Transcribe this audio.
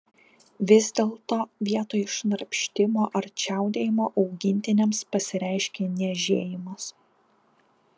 vis dėlto vietoj šnarpštimo ar čiaudėjimo augintiniams pasireiškia niežėjimas